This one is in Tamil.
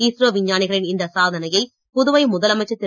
இஸ்ரோ விஞ்ஞானிகளின் இந்த சாதனையை புதுவை முதலமைச்சர் திரு